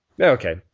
Okay